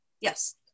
Yes